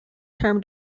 term